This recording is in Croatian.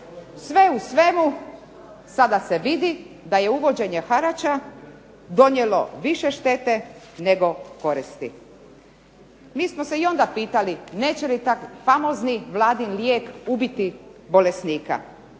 Sve u svemu, sada se vidi da je uvođenje harača donijelo više štete nego koristi. Mi smo se i onda pitali neće li taj famozni vladin lijek ubiti bolesnika,